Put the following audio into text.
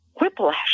whiplash